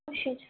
অবশ্যই